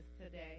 today